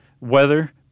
weather